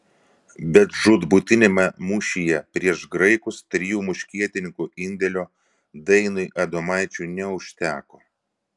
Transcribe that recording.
bet žūtbūtiniame mūšyje prieš graikus trijų muškietininkų indėlio dainiui adomaičiui neužteko